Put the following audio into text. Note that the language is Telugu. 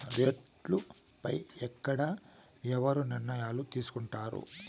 రేట్లు పై ఎక్కడ ఎవరు నిర్ణయాలు తీసుకొంటారు?